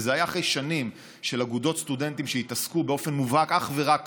וזה היה אחרי שנים של אגודות סטודנטים שהתעסקו באופן מובהק אך ורק